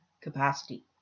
capacity